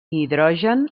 hidrogen